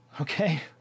okay